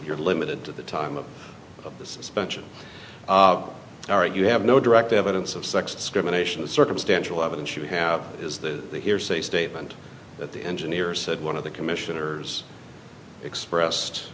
you're limited to the time of the suspension all right you have no direct evidence of sex discrimination the circumstantial evidence you have is the hearsay statement that the and they are said one of the commissioners expressed